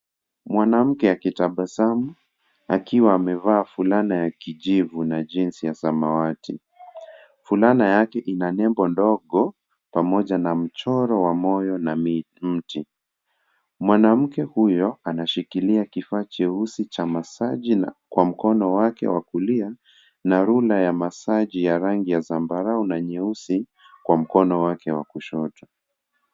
Mwanamke akitabasamu akiwa amevaa fulana ya kijivu na jinsi ya samawati , Fulana yake ina nembo ndogo pamoja na mchoro wamoyo na mti. Mwanamke huyo anashikilia kifaa cheusi cha masaji na kwa mkono wake kulia na rula ya masaj ya rangi ya zambarau na nyeusi kwa mkono wake wa kushoto.